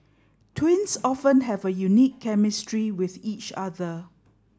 twins often have a unique chemistry with each other